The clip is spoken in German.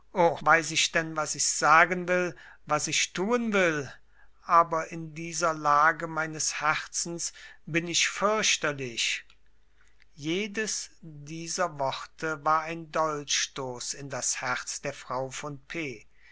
weiß ich denn was ich sagen will was ich tun will aber in dieser lage meines herzens bin ich fürchterlich jedes dieser worte war ein dolchstoß in das herz der frau von p